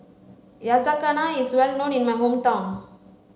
Yakizakana is well known in my hometown